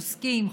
עוסקים,